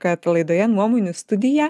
kad laidoje nuomonių studija